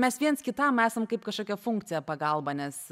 mes viens kitam esam kaip kažkokia funkcija pagalba nes